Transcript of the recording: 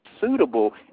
suitable